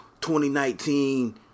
2019